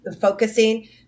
focusing